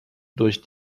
durch